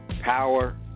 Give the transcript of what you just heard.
Power